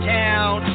town